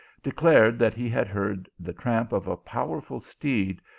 declared that he had heard the tramp of a powerful steed,